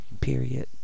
period